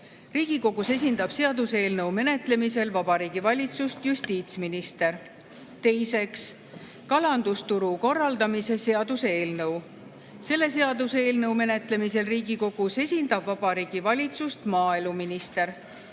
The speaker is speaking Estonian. Riigikogus esindab seaduseelnõu menetlemisel Vabariigi Valitsust justiitsminister. Teiseks, kalandusturu korraldamise seaduse eelnõu. Selle seaduseelnõu menetlemisel Riigikogus esindab Vabariigi Valitsust maaeluminister.